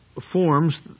forms